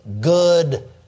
good